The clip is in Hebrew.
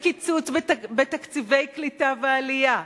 קיצוץ בתקציבי קליטה ועלייה,